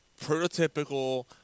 prototypical